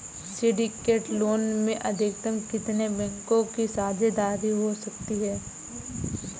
Syndicate loan में अधिकतम कितने बैंकों की साझेदारी हो सकती है?